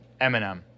eminem